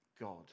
God